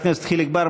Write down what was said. התשע"ט 2018, נתקבל.